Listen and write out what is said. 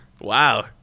wow